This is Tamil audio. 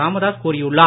ராமதாஸ் கூறியுள்ளார்